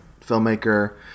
filmmaker